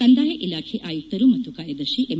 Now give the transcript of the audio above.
ಕಂದಾಯ ಇಲಾಖೆ ಆಯುಕ್ತರು ಮತ್ತು ಕಾರ್ಯದರ್ಶಿ ಎಂ